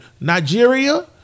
Nigeria